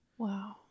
Wow